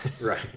Right